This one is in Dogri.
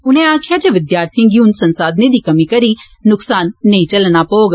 उनें आक्खेआ जे विद्यार्थिएं गी हुन संसाधने दी कमी करी नुक्सान नेई झल्लना पौग